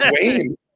Wayne